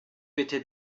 bitte